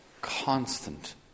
constant